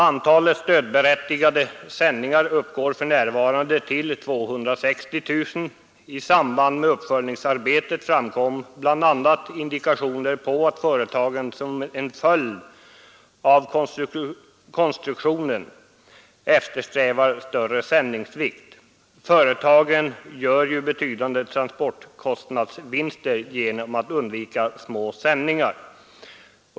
Antalet stödberättigade sändningar uppgår för närvarande till 260 000. I samband med uppföljningsarbetet framkom bl.a. indikationer på att företagen som en följd av konstruktionen eftersträvar större sändningsvikt. Företagen gör ju betydande transportkostnadsvinster genom att undvika små sändningar.